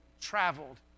Traveled